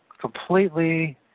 completely